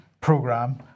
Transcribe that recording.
program